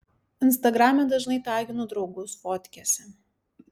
instagrame dažnai taginu draugus fotkėse